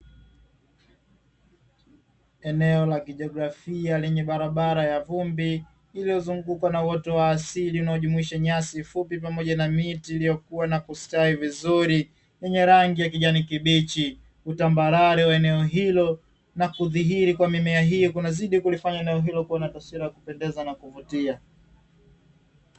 Eneo la kijografia lenye barabara ya vumbi iliyozungukwa na uoto wa asili unaojumuisha nyasi fupi pamoja na miti iliyokuwa na kustawi vizuri yenye rangi ya kijani kibichi, utambarale wa eneo hilo na kudhihiri kwa mimea hii kunazidi kulifanya eneo hilo kua na taswira ya kupendeza na kuvutia.